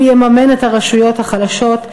הוא יממן את הרשויות החלשות,